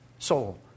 soul